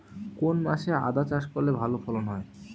কোন মাসে আদা চাষ করলে ভালো ফলন হয়?